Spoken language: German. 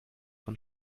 von